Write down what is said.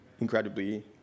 incredibly